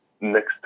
next